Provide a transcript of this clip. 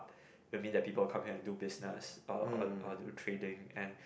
that mean that people come here and do business uh or do trading and